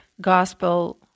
gospel